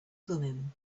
thummim